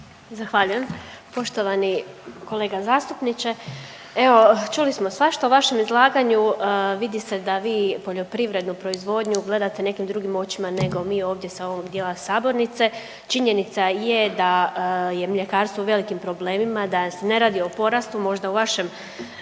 Zahvaljujem. Poštovani kolega zastupniče, evo čuli smo svašta u vašem izlaganju. Vidi se da vi poljoprivrednu proizvodnju gledate nekim drugim očima nego mi ovdje sa ovog dijela sabornice. Činjenica je da je mljekarstvo u velikim problemima, da se ne radi o porastu možda u vašem